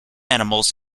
animals